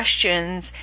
questions